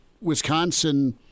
Wisconsin